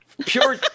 pure